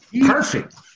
Perfect